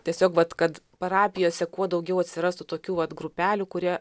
tiesiog vat kad parapijose kuo daugiau atsirastų tokių vat grupelių kurie